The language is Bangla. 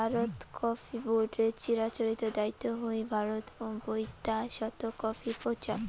ভারতত কফি বোর্ডের চিরাচরিত দায়িত্ব হই ভারত ও বৈদ্যাশত কফি প্রচার